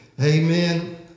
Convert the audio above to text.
Amen